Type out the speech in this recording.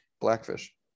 blackfish